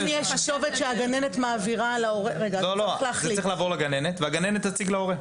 זה צריך לעבור לגננת והגננת תציג להורה.